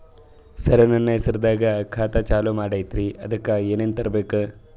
ಸರ, ನನ್ನ ಹೆಸರ್ನಾಗ ಖಾತಾ ಚಾಲು ಮಾಡದೈತ್ರೀ ಅದಕ ಏನನ ತರಬೇಕ?